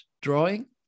drawing